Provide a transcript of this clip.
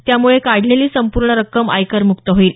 त्यामुळे काढलेली संपूर्ण रक्कम आयकरमुक्त होईल